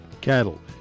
cattle